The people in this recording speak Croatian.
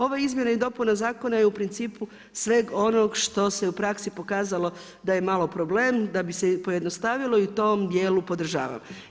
Ova izmjena i dopuna zakona je u principu sveg onog što se u praksi pokazalo da je malo problem, da bi se pojednostavilo i u tom dijelu podržavam.